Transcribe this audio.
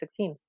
2016